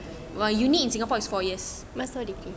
master or degree